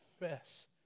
confess